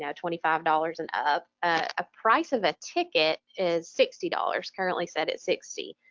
yeah twenty five dollars and up. a price of a ticket is sixty dollars, currently set at sixty,